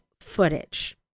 footage